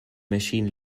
machine